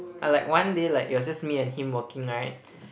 uh like one day like it was just me and him working right